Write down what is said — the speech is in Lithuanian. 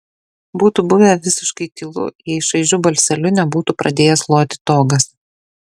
būtų buvę visiškai tylu jei šaižiu balseliu nebūtų pradėjęs loti togas